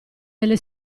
delle